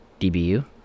DBU